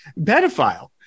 pedophile